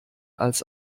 als